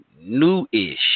new-ish